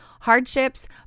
hardships